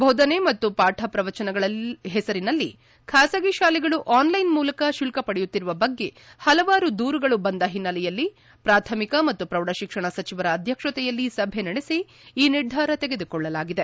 ಬೋಧನೆ ಮತ್ತು ಪಾಠ ಪ್ರವಚನಗಳ ಹೆಸರಿನಲ್ಲಿ ಬಾಸಗಿ ತಾಲೆಗಳು ಆನ್ಲೈನ್ ಮೂಲಕ ಶುಲ್ಲ ಪಡೆಯುತ್ತಿರುವ ಬಗ್ಗೆ ಹಲವಾರು ದೂರುಗಳು ಬಂದ ಹಿನ್ನೆಲೆಯಲ್ಲಿ ಪ್ರಾಥಮಿಕ ಮತ್ತು ಪ್ರೌಢ ಶಿಕ್ಷಣ ಸಚಿವರ ಅಧ್ಯಕ್ಷತೆಯಲ್ಲಿ ಸಭೆ ನಡೆಸಿ ಈ ನಿರ್ಧಾರ ತೆಗೆದುಕೊಳ್ಳಲಾಗಿದೆ